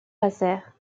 passèrent